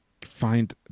find